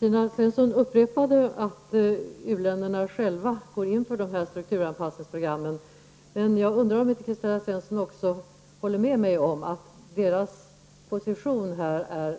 Herr talman! Kristina Svensson upprepar att u-länderna själva går in för strukturanpassningsprogrammen. Men jag undrar om inte Kristina Svensson också håller med mig om att deras position är